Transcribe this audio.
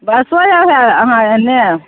बरषो हइ अहाँ एने